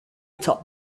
top